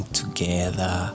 together